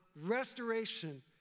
restoration